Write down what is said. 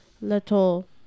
little